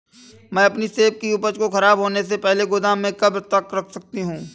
मैं अपनी सेब की उपज को ख़राब होने से पहले गोदाम में कब तक रख सकती हूँ?